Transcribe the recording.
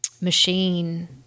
machine